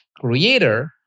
creator